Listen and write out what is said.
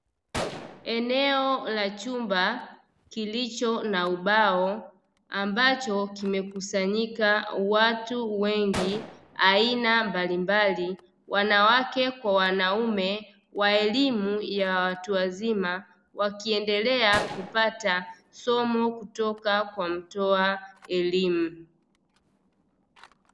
Eneo la chumba kilicho na ubao, ambacho kimekusanyika watu wengi aina mbalimbali wanawake kwa wanaume wa elimu ya watu wazima wakiendelea kupata somo kutoka kwa mtoa elimu.